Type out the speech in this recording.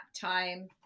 time